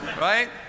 Right